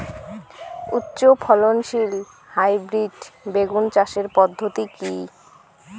উচ্চ ফলনশীল হাইব্রিড বেগুন চাষের পদ্ধতি কী?